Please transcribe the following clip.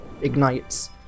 ignites